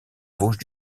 vosges